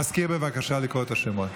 המזכיר, בבקשה, לקרוא את השמות.